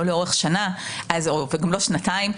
לא לאורך שנה וגם לא לאורך שנתיים.